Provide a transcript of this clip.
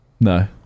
No